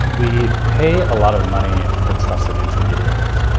we pay a lot of money for trusted intermediaries,